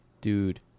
Dude